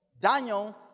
Daniel